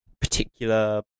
particular